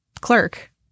clerk